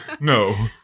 No